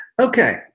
Okay